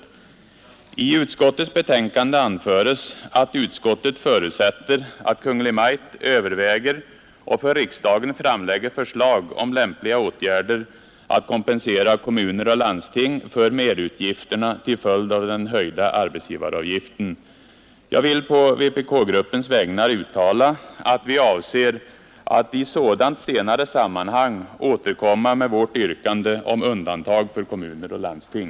I utskottets betänkande anföres att utskottet förutsätter att Kungl. Maj:t överväger och för riksdagen framlägger förslag om lämpliga åtgärder att kompensera kommuner och landsting för merutgifterna till följd av den höjda arbetsgivaravgiften. Jag vill på vpk-gruppens vägnar uttala att vi avser att i sådant senare sammanhang återkomma med vårt yrkande om undantag för kommuner och landsting.